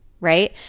Right